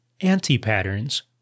anti-patterns